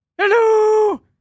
Hello